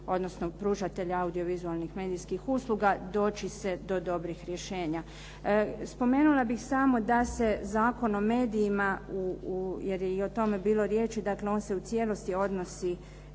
odnosno pružatelja audiovizualnih medijskih usluga doći se do dobrih rješenja. Spomenula bih samo da se Zakon o medijima, jer je i o tome bilo riječi, dakle on se u cijelosti odnosi